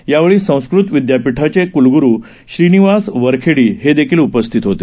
यावेळी संस्कृत विद्यापीठाचे क्लग्रू श्रीनिवास वरखेडी उपस्थित होते